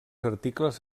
articles